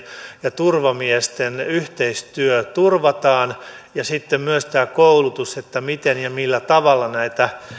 ja turvamiesten yhteistyö turvataan ja sitten myös tämä koulutus miten ja millä tavalla näitä